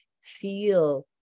feel